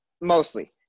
mostly